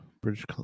British